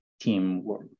teamwork